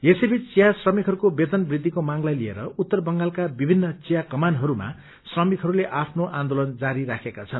यसै बीच चिया श्रमिकहरूको वेतन वृद्धिको मांगलाई लिएर उत्तर बंगालका विभिन्न विया कमानहरूमा श्रमिकहरूले आफ्नो आन्दोलन जारी राखेका छन्